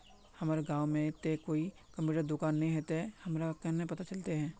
हमर गाँव में ते कोई कंप्यूटर दुकान ने है ते हमरा केना पता चलते है?